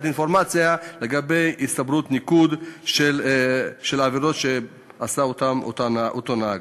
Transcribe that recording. אינפורמציה על הצטברות ניקוד על עבירות שעשה אותו נהג.